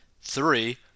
Three